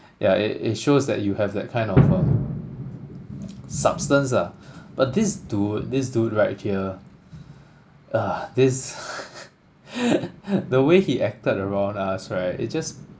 yeah it it shows that you have that kind of um substance ah but this dude this dude right here uh this the way he acted around us right it just